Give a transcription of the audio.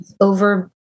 over